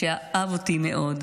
שאהב אותי מאוד.